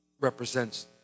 represents